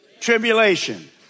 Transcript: tribulation